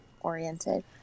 oriented